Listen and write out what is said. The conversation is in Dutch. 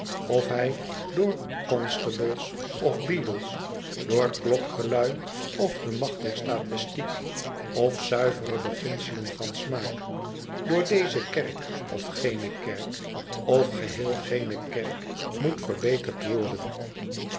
of hij door co ns tables ofbeadles door klokgelui of de macht der statistiek of zuivere beginselen van smaak door deze kerk of gene kerk of geheel geene kerk moet verbeterd worden